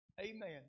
Amen